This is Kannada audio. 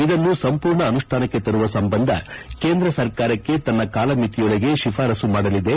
ಇದನ್ನು ಸಂಪೂರ್ಣ ಅನುಷ್ಠಾನಕ್ಕೆ ತರುವ ಸಂಬಂಧ ಕೇಂದ್ರ ಸರ್ಕಾರಕ್ಕೆ ತನ್ನ ಕಾಲಮಿತಿಯೊಳಗೆ ಶಿಫಾರಸ್ಲು ಮಾಡಲಿದೆ